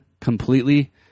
completely